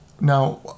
now